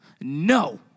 No